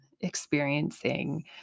experiencing